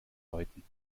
läuten